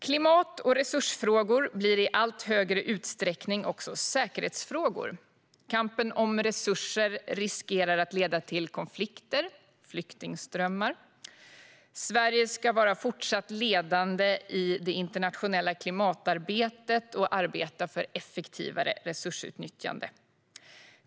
Klimat och resursfrågor blir i allt högre utsträckning också säkerhetsfrågor. Kampen om resurser riskerar att leda till konflikter och flyktingströmmar. Sverige ska fortsatt vara ledande i det internationella klimatarbetet och arbeta för ett effektivare resursutnyttjande.